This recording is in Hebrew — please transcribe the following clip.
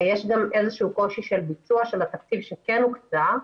יש גם איזשהו קושי של ביצוע של התקציב שכן הוקצה.